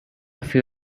few